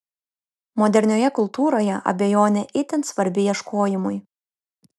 modernioje kultūroje abejonė itin svarbi ieškojimui